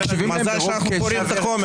אתה יכול לומר שאנחנו לא מקשיבים לדברים שלך.